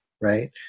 right